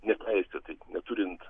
neteisėtai neturint